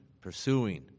pursuing